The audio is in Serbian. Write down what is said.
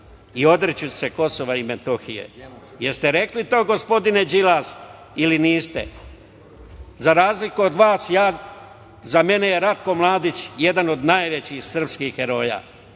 i odreći ću se Kosova i Metohije". Da li ste rekli to, gospodine, Đilas ili niste? Za razliku od vas, za mene je Ratko Mladić jedan od najvećih srpskih heroja